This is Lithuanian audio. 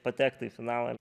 patektų į finalą